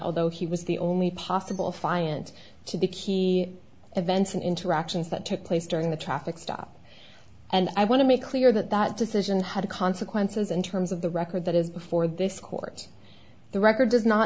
although he was the only possible finance to the key events in interactions that took place during the traffic stop and i want to make clear that that decision had consequences in terms of the record that is before this court the record does not